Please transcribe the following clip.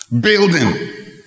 Building